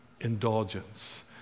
indulgence